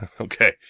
Okay